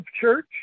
church